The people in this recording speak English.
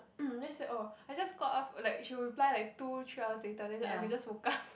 then she said oh I just got up fo~ like she will reply like two three hours later then I just woke up